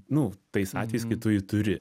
nu tais atvejais kai tu jį turi